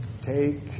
Take